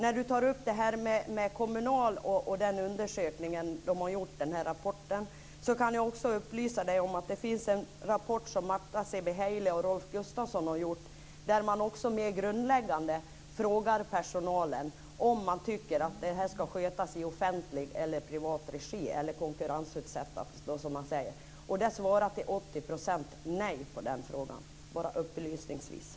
Cristina Husmark Pehrsson tar upp den undersökning som Kommunal har gjort. Jag kan också upplysa om att det finns en rapport som Marta Szebehely och Rolf Gustafsson har gjort, där man mer grundläggande frågar personalen om ifall de tycker att verksamheten ska skötas i offentlig eller privat regi. Man frågar om verksamheten ska konkurrensutsättas. 80 % svarar upplysningsvis nej på den frågan.